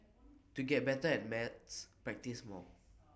to get better at maths practise more